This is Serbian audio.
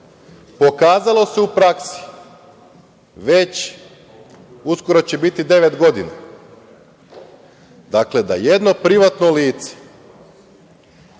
Pokazalo se u praksi već, uskoro će biti devet godina, dakle da jedno privatno lice